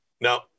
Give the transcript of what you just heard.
No